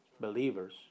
believers